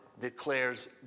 declares